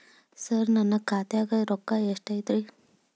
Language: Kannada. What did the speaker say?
ಸರ ನನ್ನ ಖಾತ್ಯಾಗ ರೊಕ್ಕ ಎಷ್ಟು ಐತಿರಿ?